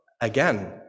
Again